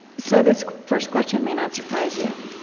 so this first question may not surprise you.